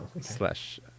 slash